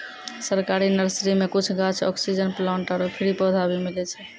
सरकारी नर्सरी मॅ कुछ गाछ, ऑक्सीजन प्लांट आरो फ्री पौधा भी मिलै छै